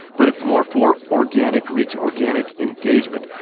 but it's more for organic reach, organic engagement,